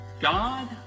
God